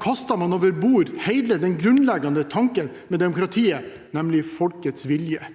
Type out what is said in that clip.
kaster man over bord hele den grunnleggende tanken med demokratiet, nemlig folkets vilje.